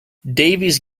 davies